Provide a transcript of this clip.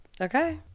okay